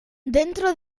dentro